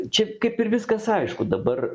čia kaip ir viskas aišku dabar